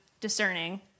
discerning